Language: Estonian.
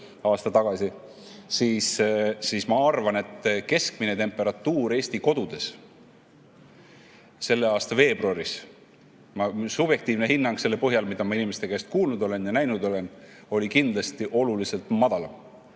aasta tagasi, ma arvan, et keskmine temperatuur Eesti kodudes selle aasta veebruaris – see on mu subjektiivne hinnang selle põhjal, mida ma inimeste käest kuulnud olen ja mida ma näinud olen – oli kindlasti oluliselt madalam,